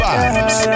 Vibes